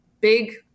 big